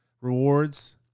rewards